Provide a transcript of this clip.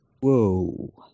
Whoa